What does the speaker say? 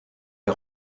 est